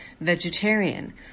vegetarian